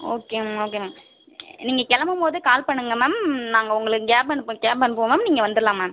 okay ma'am okay ma'am நீங்கள் கிளம்பும்போது call பண்ணுங்கள் மேம் நாங்கள் உங்களை கேப் அனுப்பு கேப் அனுப்புவோம் மேம் நீங்கள் வந்துடுலாம் மேம்